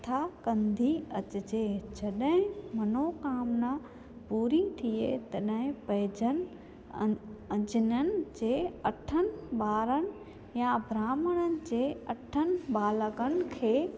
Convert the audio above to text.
कथा कंदी अचिजे जॾहिं मनोकामना पूरी थिए तॾहिं पंहिंजनि अं अजननि जे अठनि ॿारनि या ब्राह्मणनि जे अठनि बालकनि खे